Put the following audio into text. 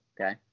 okay